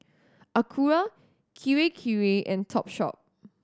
Acura Kirei Kirei and Topshop